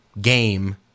game